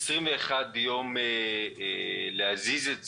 ימים להזיז את הרכב,